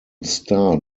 star